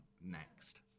next